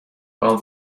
all